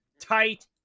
tight